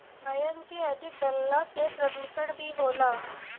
रसायन के अधिक डलला से प्रदुषण भी होला